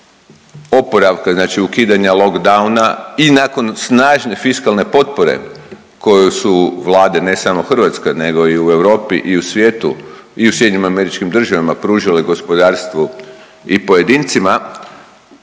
oporavka znači ukidanja lockdowna i nakon snažne fiskalne potpore koju su vlade ne samo hrvatska nego i u Europu i u svijetu i u SAD-u pružale gospodarstvu i pojedincima